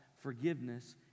forgiveness